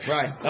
Right